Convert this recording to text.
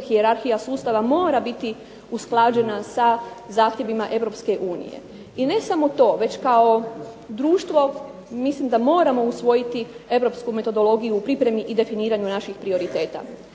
hijerarhija sustava mora biti usklađena sa zahtjevima Europske unije i ne samo to već kao društvo mislim da moramo usvojiti Europsku metodologiju u pripremi i definiranju naših prioriteta.